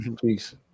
Peace